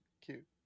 Cute